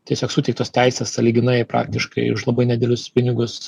tiesiog suteiktos teisės sąlyginai praktiškai už labai nedidelius pinigus